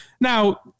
Now